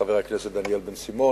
חבר הכנסת דניאל בן-סימון,